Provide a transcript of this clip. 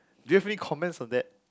do you have any comments on that